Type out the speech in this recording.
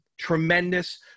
tremendous